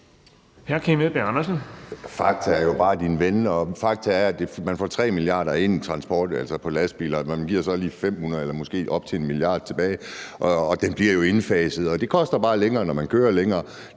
Fakta er jo bare din ven. Fakta er, at man får 3 mia. kr. ind i forhold til lastbiler, og at man så giver 500 mio. kr. eller måske op til 1 mia. kr. tilbage. Og det bliver jo indfaset. Det koster bare mere, når man kører længere.